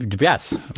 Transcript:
Yes